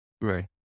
Right